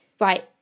Right